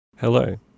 Hello